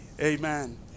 Amen